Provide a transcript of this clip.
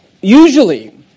usually